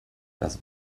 das